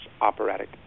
operatic